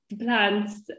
plants